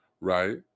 right